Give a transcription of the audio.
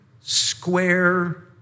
square